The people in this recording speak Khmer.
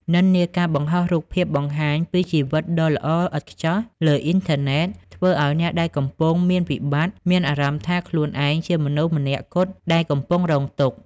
និន្នាការបង្ហោះរូបភាពបង្ហាញពី "ជីវិតដ៏ល្អឥតខ្ចោះ" លើអ៊ីនធឺណិត ធ្វើឱ្យអ្នកដែលកំពុងមានវិបត្តិមានអារម្មណ៍ថាខ្លួនឯងជាមនុស្សម្នាក់គត់ដែលកំពុងរងទុក្ខ។